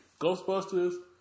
Ghostbusters